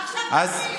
איזה סעיף,